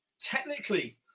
technically